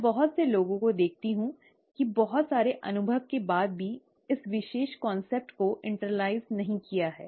मैं बहुत से लोगों को देखता हूं कि बहुत सारे अनुभव के बाद भी इस विशेष अवधारणा को आंतरिक नहीं किया है